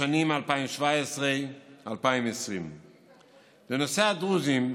לשנים 2017 2020. לנושא הדרוזים,